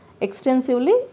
extensively